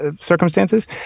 circumstances